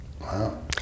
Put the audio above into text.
Wow